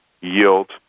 yield